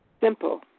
Simple